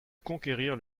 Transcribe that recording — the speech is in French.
reconquérir